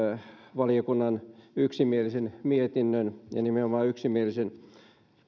valiokunnan yksimielisen mietinnön ja nimenomaan yksimielisen